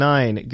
Nine